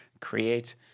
create